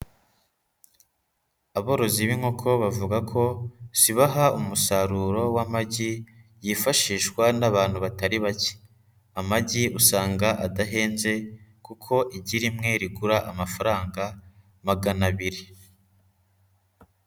Aborozi b'inkoko bavuga ko zibaha umusaruro w'amagi yifashishwa n'abantu batari bake, amagi usanga adahenze kuko iginrimwe rigura amafaranga magana abiri.